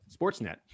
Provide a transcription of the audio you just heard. Sportsnet